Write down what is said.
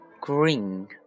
Green